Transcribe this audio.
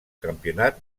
campionat